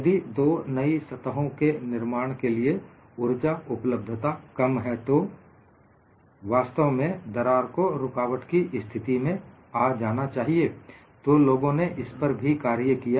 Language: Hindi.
यदि दो नई सतहों के निर्माण के लिए ऊर्जा उपलब्धता कम है तो वास्तव में दरार को रुकावट की स्थिति में आ जाना चाहिए तो लोगों ने इस पर भी कार्य किया